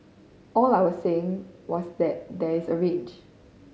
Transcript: all I was saying was that there is a range